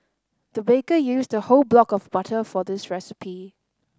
the baker used a whole block of butter for this recipe